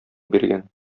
биргән